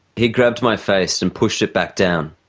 he grabbed my face and pushed it back down.